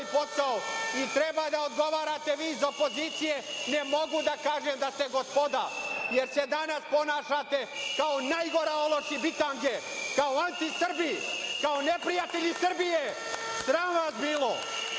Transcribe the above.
i treba da odgovarate vi iz opozicije. Ne mogu da kažem da ste gospoda, jer se danas ponašate kao najgora ološ i bitange, kao antisrbi, kao neprijatelji Srbije. Sram vas